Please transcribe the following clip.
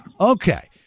Okay